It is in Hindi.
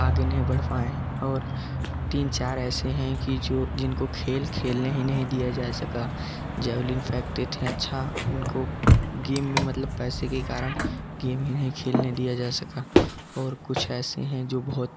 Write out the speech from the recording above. आगे नहीं बढ़ पाए हैं और तीन चार ऐसे हैं की जो जिनको खेल खेलने ही नहीं दिया जा सका जेवलिन फेंकते थे अच्छा उनको गेम में मतलब पैसे के कारण गेम ही नहीं खेलने दिया जा सका और कुछ ऐसे हैं जो बहुत